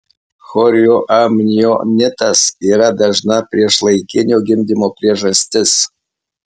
chorioamnionitas yra dažna priešlaikinio gimdymo priežastis